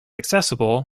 accessible